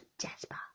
jasper